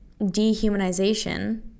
dehumanization